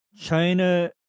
China